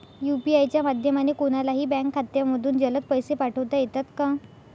UPI च्या माध्यमाने कोणलाही बँक खात्यामधून जलद पैसे पाठवता येतात का?